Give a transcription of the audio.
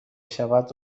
شود